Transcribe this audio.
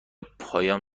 پایان